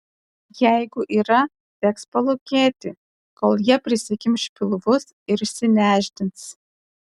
jeigu yra teks palūkėti kol jie prisikimš pilvus ir išsinešdins